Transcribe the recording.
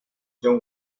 john